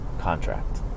contract